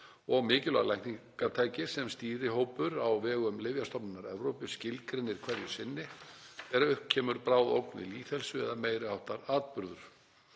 og mikilvæg lækningatæki sem stýrihópur á vegum Lyfjastofnunar Evrópu skilgreinir hverju sinni er upp kemur bráð ógn við lýðheilsu eða meiri háttar atburður.